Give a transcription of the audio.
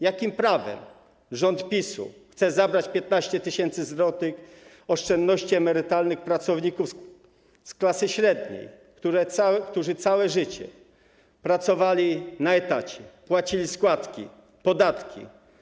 Jakim prawem rząd PiS-u chce zabrać 15 tys. zł oszczędności emerytalnych pracownikom z klasy średniej, którzy całe życie pracowali na etacie, płacili składki, podatki?